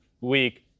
week